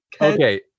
Okay